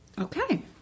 Okay